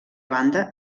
banda